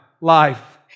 life